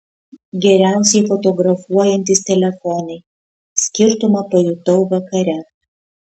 geriausiai fotografuojantys telefonai skirtumą pajutau vakare